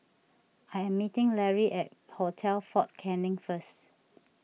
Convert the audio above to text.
I'm meeting Lary at Hotel fort Canning first